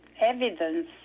evidence